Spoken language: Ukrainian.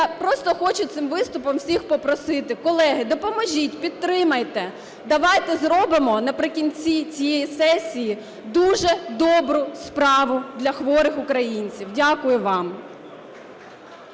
я просто хочу цим виступом всіх попросити, колеги: допоможіть, підтримайте, давайте зробимо наприкінці цієї сесії дуже добру справу для хворих українців. Дякую вам.